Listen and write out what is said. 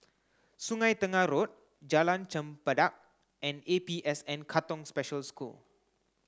Sungei Tengah Road Jalan Chempedak and APSN Katong Special School